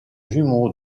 jumeau